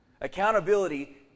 Accountability